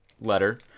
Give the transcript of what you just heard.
letter